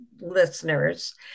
listeners